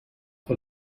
for